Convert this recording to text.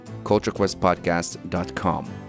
culturequestpodcast.com